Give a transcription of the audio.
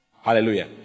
hallelujah